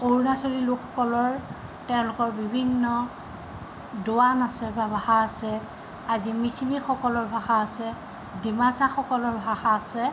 অৰুণাচলী লোকসকলৰ তেওঁলোকৰ বিভিন্ন দোৱান আছে বা ভাষা আছে আজি মিছিমিসকলৰ ভাষা আছে ডিমাছাসকলৰ ভাষা আছে